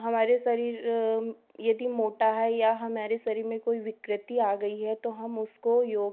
हमारे शरीर यदि मोटा है या हमारे शरीर में कोई विकृति आ गई है तो हम उसको योग